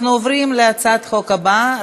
אנחנו עוברים להצעת החוק הבאה,